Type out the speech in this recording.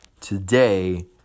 today